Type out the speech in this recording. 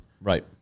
Right